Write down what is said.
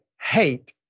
hate